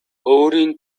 өөрийн